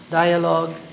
dialogue